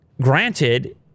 granted